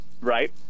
Right